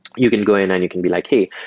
you can go in and you can be like, hey,